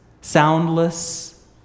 soundless